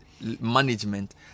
management